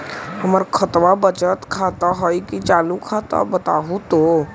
हमर खतबा बचत खाता हइ कि चालु खाता, बताहु तो?